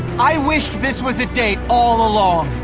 i wished this was a date all along.